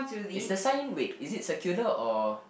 it's the sign wait is it circular or